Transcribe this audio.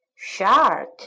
Shark